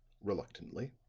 reluctantly.